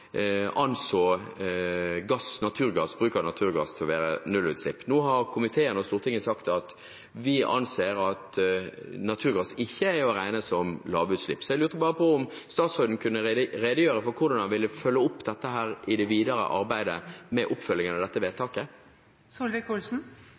anså bruk av naturgass å være lavutslipp. Nå har komiteen og Stortinget sagt at vi anser at naturgass ikke er å regne som lavutslipp. Jeg lurte bare på om statsråden kunne redegjøre for hvordan han ville følge opp dette i det videre arbeidet med oppfølgingen av dette vedtaket.